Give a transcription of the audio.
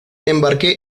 embarqué